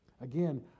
Again